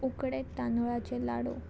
उकडे तांदुळाचे लाडू